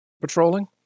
Patrolling